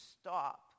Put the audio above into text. stop